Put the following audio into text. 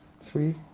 Three